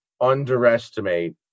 underestimate